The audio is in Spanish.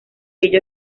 ello